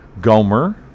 Gomer